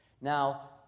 Now